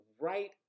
right